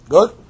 Good